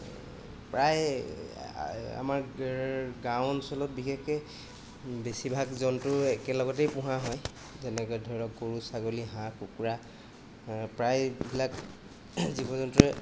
প্ৰায় আমাৰ গাঁও অঞ্চলত বিশেষকৈ বেছিভাগ জন্তু একেলগতেই পোহা হয় যেনেকৈ ধৰক গৰু ছাগলী হাঁহ কুকুৰা প্ৰায়বিলাক জীৱ জন্তুৰে